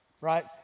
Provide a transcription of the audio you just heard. right